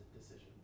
decisions